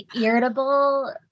irritable